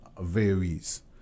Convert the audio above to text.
varies